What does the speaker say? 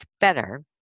better